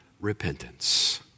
repentance